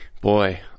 Boy